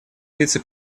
вице